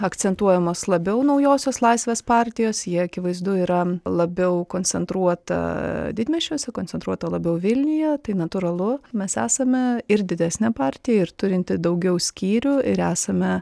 akcentuojamos labiau naujosios laisvės partijos jie akivaizdu yra labiau koncentruota didmiesčiuose koncentruota labiau vilniuje tai natūralu mes esame ir didesnė partija ir turinti daugiau skyrių ir esame